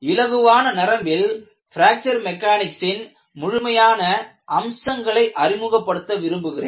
இலகுவான நரம்பில் பிராக்சர் மெக்கானிக்ஸின் முழுமையான அம்சங்களை அறிமுகப்படுத்த விரும்புகிறேன்